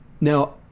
Now